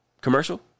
commercial